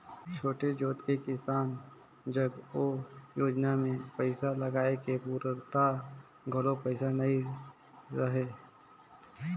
छोटे जोत के किसान जग ओ योजना मे पइसा लगाए के पूरता घलो पइसा नइ रहय